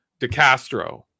DeCastro